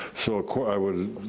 so i would,